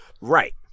Right